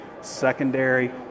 secondary